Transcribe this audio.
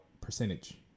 percentage